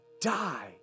die